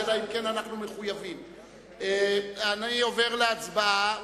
אנחנו נעבור להצבעה.